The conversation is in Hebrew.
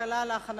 בטלוויזיה) (תיקוני חקיקה) (הוראות שעה)